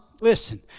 listen